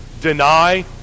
deny